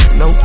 no